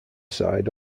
side